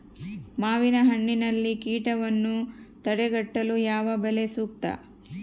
ಮಾವಿನಹಣ್ಣಿನಲ್ಲಿ ಕೇಟವನ್ನು ತಡೆಗಟ್ಟಲು ಯಾವ ಬಲೆ ಸೂಕ್ತ?